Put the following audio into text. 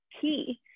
key